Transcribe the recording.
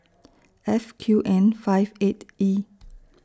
F Q N five eight E